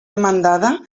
demandada